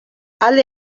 alde